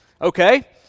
Okay